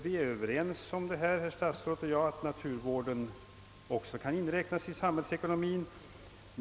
— Herr statsrådet och jag är överens om att naturvården också kan inräknas i samhällsekonomien.